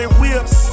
whips